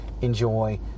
enjoy